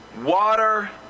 Water